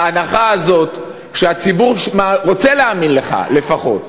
בהנחה הזאת שהציבור רוצה להאמין לך, לפחות,